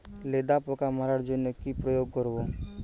লেদা পোকা মারার জন্য কি প্রয়োগ করব?